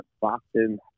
Boston